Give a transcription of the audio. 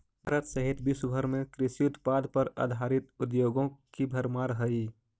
भारत सहित विश्व भर में कृषि उत्पाद पर आधारित उद्योगों की भरमार हई